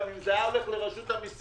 גם אם זה היה הולך לרשות המיסים,